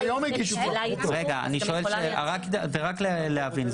רק להבין.